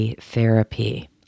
therapy